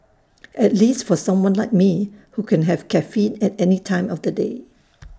at least for someone like me who can have caffeine at any time of the day